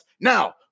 Now